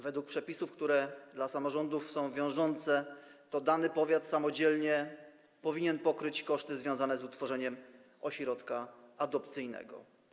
Według przepisów, które dla samorządów są wiążące, to dany powiat samodzielnie powinien pokryć koszty związane z utworzeniem ośrodka adopcyjnego.